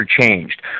changed